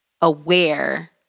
aware